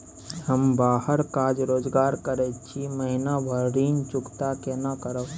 हम बाहर काज रोजगार करैत छी, महीना भर ऋण चुकता केना करब?